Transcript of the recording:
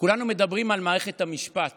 כולנו מדברים על מערכת המשפט